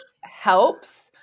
helps